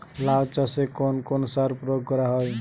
লাউ চাষে কোন কোন সার প্রয়োগ করা হয়?